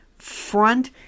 Front